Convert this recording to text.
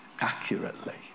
accurately